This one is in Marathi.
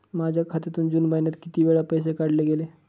माझ्या खात्यातून जून महिन्यात किती वेळा पैसे काढले गेले?